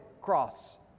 cross